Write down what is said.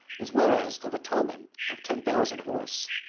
as well as of a toman of ten thousand horse.